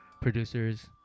producers